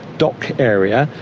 dock area,